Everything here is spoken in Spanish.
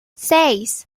seis